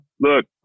Look